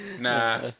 Nah